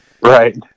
Right